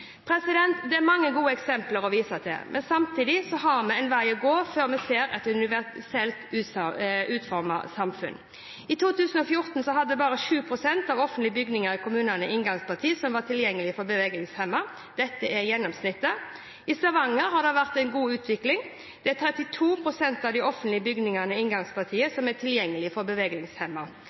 Det er mange gode eksempler å vise til, men samtidig har vi en vei å gå før vi ser et universelt utformet samfunn. I 2014 hadde bare 7 pst. av offentlige bygninger i kommunene inngangsparti som var tilgjengelig for bevegelseshemmede. Dette er gjennomsnittet. I Stavanger har det vært en god utvikling. Der har 32 pst. av de offentlige bygningene inngangsparti som er tilgjengelig for